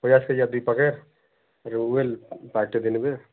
ପଚାଶ କେଜିଆ ଦୁଇ ପ୍ୟାକେଟ ହ୍ୱିଲ ପ୍ୟାକେଟଟେ ଦେବେ